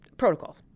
protocol